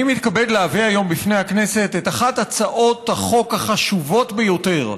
אני מתכבד להביא היום בפני הכנסת את אחת הצעות החוק החשובות ביותר,